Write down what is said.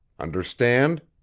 understand?